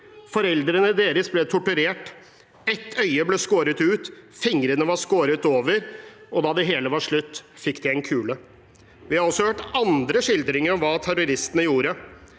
Foreldrene deres ble torturert. Et øye var blitt skåret ut. Fingre var skåret over, og da det hele var slutt fikk de alle en kule.» Vi har også hørt andre skildringer av hva terroristene gjorde: